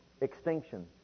Extinction